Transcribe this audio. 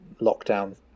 lockdown